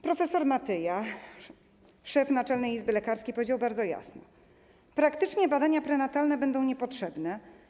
Prof. Matyja, szef Naczelnej Izby Lekarskiej, powiedział bardzo jasno: „Praktycznie badania prenatalne będą niepotrzebne.